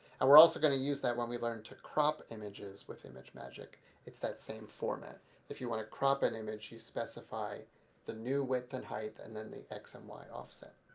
and we're also going to use that when we learn to crop images with imagemagick. it's that same format if you want to crop an image, you specify the new width and height, and then the x and y offset.